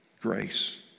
grace